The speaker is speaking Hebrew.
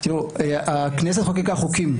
הכנסת חוקקה חוקים.